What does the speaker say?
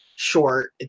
Short